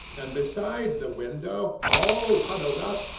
and beside the window, all huddled up,